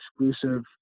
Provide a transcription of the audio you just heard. exclusive